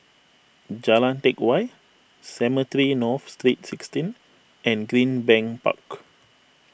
Jalan Teck Whye Cemetry North Street sixteen and Greenbank Park